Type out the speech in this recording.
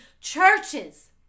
churches